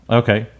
okay